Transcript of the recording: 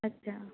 अच्छा